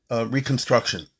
Reconstruction